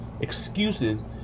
excuses